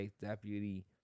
Deputy